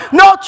no